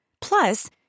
Plus